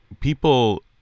People